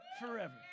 forever